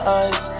eyes